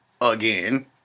again